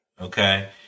Okay